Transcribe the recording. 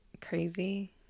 crazy